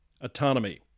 autonomy